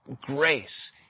grace